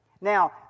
Now